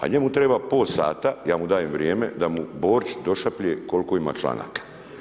A njemu treba pol sata, ja mu dajem vrijeme da mu Borić došapne koliko ima članaka.